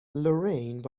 lorraine